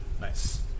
nice